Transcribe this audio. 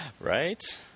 Right